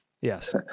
Yes